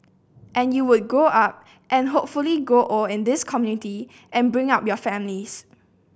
and you would grow up and hopefully grow old in this community and bring up your families